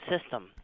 system